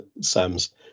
Sam's